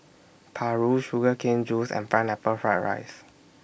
Paru Sugar Cane Juice and Pineapple Fried Rice